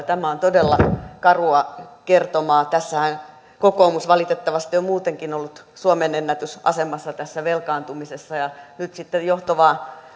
tämä on todella karua kertomaa kokoomus valitettavasti on muutenkin ollut suomenennätysasemassa tässä velkaantumisessa ja nyt sitten johto